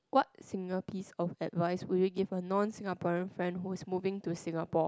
what single piece of advice will you give a non Singaporean friend who is moving to Singapore